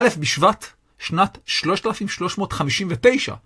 א' בשבט שנת 3359.